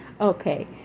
Okay